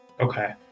Okay